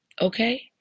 Okay